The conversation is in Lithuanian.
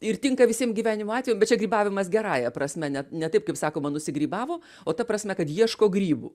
ir tinka visiem gyvenimo atvejam bet čia grybavimas gerąja prasme ne ne taip kaip sakoma nusigrybavo o ta prasme kad ieško grybų